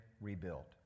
rebuilt